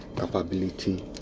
capability